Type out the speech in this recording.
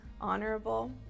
honorable